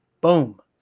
Boom